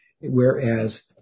Whereas